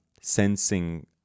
sensing